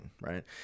right